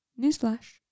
Newsflash